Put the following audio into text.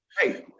hey